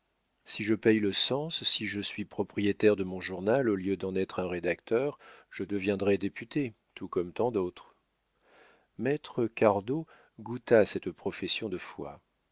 si je paye le cens si je suis propriétaire de mon journal au lieu d'en être un rédacteur je deviendrai député tout comme tant d'autres maître cardot goûta cette profession de foi